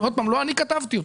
עוד פעם, לא אני כתבתי אותו.